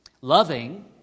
Loving